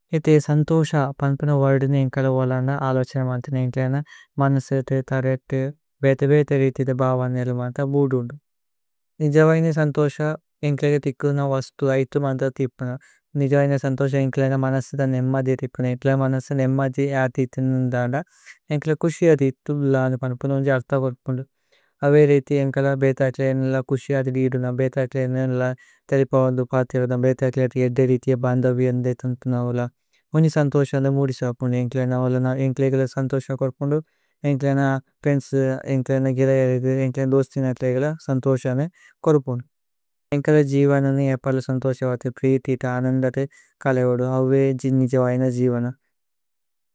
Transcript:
ഏഥേ സന്തോശ പന്പനു വോര്ദിനി ഏന്കല വോലന്ദ। അല്വഛനമന്തന് ഏന്കല മനസേതേ തരേതേ വേതേ। വേതേ രേഥിഥി ഭവന്യലമന്ത മുദുന്ദു। നിജവഹിനേ സന്തോശ ഏന്കല ഗഥികുന വസ്തു। ഐതുമന്തതിപ്ന നിജവഹിനേ സന്തോശ ഏന്കല। മനസേത നേമ്മതിതിപ്ന ഏന്കല മനസ നേമ്മതി। അഥിഥിനുന്ദദ ഏന്കല കുശി അഥിഥുനുല। അനു പന്പനു ഉന്ജ അര്ഥ ഗോല്പുന്ദു അവേ രേഥി। ഏന്കല ബേതക്ലേഅനില കുശി അഥിദിദുന। ഭേതക്ലേഅനില തലിപവന്ദു ഭാതിയവദ। ഉന്ജ സന്തോശ ഏന്കല മുദിസപുന്ദു ഏന്കല। സന്തോശ കോര്പുന്ദു ഏന്കല ഫ്രിഏന്ദ്സ് ഏന്കല। ഗലയരി ഏന്കല ദോസ്തിന സന്തോശ കോര്പുന്ദു। ഏന്കല ജിവന ഏന്കല സന്തോശ അഥി പ്രീതിഥി അനന്ദതേ കല ഓദു അവേ ജിനി ജവഹിന ജിവന।